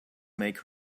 make